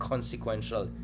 Consequential